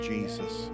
Jesus